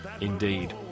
indeed